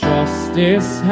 Justice